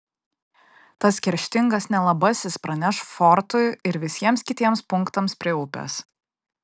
tas kerštingas nelabasis praneš fortui ir visiems kitiems punktams prie upės